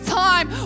time